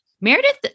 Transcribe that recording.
Meredith